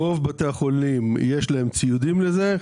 לרוב בתי החולים יש ציודים לזה,